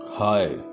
Hi